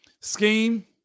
Scheme